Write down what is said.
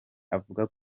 avuga